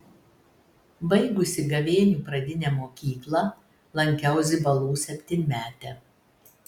baigusi gavėnių pradinę mokyklą lankiau zibalų septynmetę